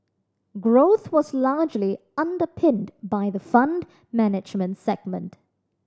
growth was largely underpinned by the Fund Management segment